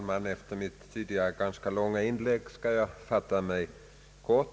Herr talman!